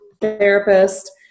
therapist